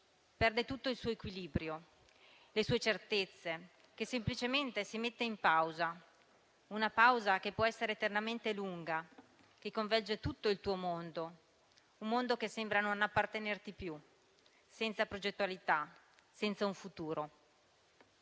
perde tutto il suo equilibrio e le sue certezze, che semplicemente si mette in pausa, una pausa che può essere eternamente lunga, che coinvolge tutto il tuo mondo, un mondo che sembra non appartenerti più, senza progettualità, senza un futuro.